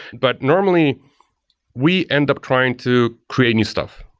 but normally we end up trying to create new stuff.